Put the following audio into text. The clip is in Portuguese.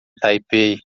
taipei